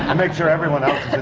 and make sure everyone else